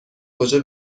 کجا